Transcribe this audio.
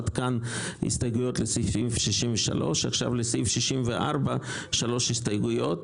עד כאן הסתייגויות לסעיף 63. לסעיף 64 שלוש הסתייגויות: